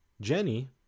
Jenny